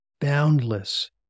Boundless